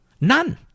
None